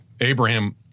Abraham